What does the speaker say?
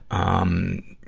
um,